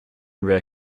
rare